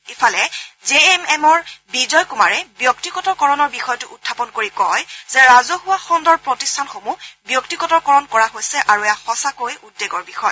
ইফালে J M এমৰ বিজয় কুমাৰে ব্যক্তিগত কৰণৰ বিষয়টো উখাপন কৰি কয় যে ৰাজহুৱা খণ্ডৰ প্ৰতিষ্ঠানসমূহ ব্যক্তিগতকৰণ কৰা হৈছে আৰু এয়া সঁচাকৈয়ে উদ্বেগৰ বিষয়